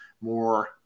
more